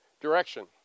Direction